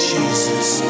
Jesus